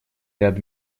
ряд